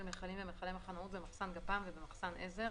כל טון נוסף מכלים ומכלי מחנאות במחסן גפ"מ ובמחסן עזר),